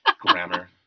Grammar